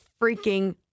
freaking